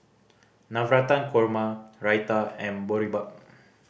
Navratan Korma Raita and Boribap